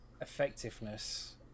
effectiveness